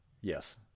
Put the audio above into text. Yes